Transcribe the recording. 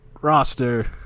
roster